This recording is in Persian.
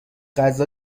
غذا